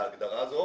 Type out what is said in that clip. להגדרה הזאת